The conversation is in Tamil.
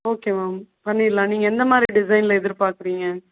ஓகே மேம் பண்ணிடலாம் நீங்கள் என்ன மாதிரி டிஷைனில் எதிர் பார்க்குறீங்க